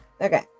Okay